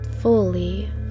fully